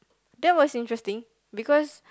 that was interesting because